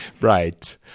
Right